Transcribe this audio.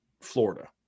Florida